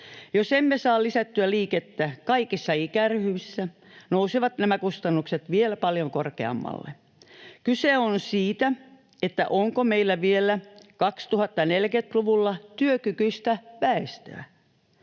Jos emme saa lisättyä liikettä kaikissa ikäryhmissä, nousevat nämä kustannukset vielä paljon korkeammalle. Kyse on siitä, onko meillä vielä 2040-luvulla työkykyistä väestöä.